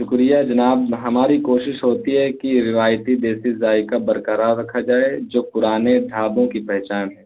شکریہ جناب ہماری کوشش ہوتی ہے کہ روایتی دیسی ذائقہ برقرار رکھا جائے جو پرانے ڈھابوں کی پہچان ہے